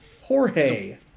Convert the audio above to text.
Jorge